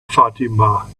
fatima